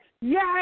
Yes